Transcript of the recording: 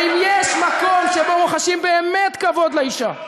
הרי אם יש מקום שבו רוחשים באמת כבוד לאישה,